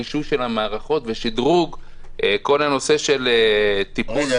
רישוי של המערכות ושדרוג כל הנושא של טיפול --- רגע,